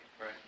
Right